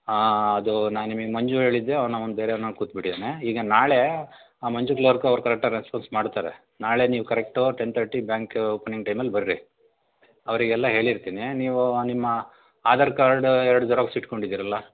ಹಾಂ ಅದು ನಾನು ನಿಮಗೆ ಮಂಜು ಹೇಳಿದ್ದೆ ಅವನು ಬೇರೆಯವ್ರನ್ನ ಕೂತು ಬಿಟ್ಟಿದ್ದಾನೆ ಈಗ ನಾಳೆ ಆ ಮಂಜು ಕ್ಲರ್ಕ್ ಅವ್ರು ಕರೆಕ್ಟಾಗಿ ರೆಸ್ಪಾನ್ಸ್ ಮಾಡ್ತಾರೆ ನಾಳೆ ನೀವು correct ten thirty bank opening ಟೈಮಲ್ಲಿ ಬರ್ರಿ ಅವರಿಗೆಲ್ಲ ಹೇಳಿರ್ತೀನಿ ನೀವೂ ನಿಮ್ಮ ಆಧಾರ್ ಕಾರ್ಡ್ ಎರ್ಡು ಜೆರಾಕ್ಸ್ ಇಟ್ಕೊಂಡಿದ್ದೀರಲ್ಲ